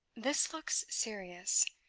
this looks serious.